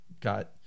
got